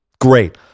Great